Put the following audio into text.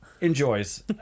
Enjoys